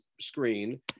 screen